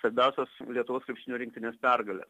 svarbiausios lietuvos krepšinio rinktinės pergalės